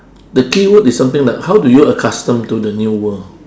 the keyword is something like how do you accustom to the new world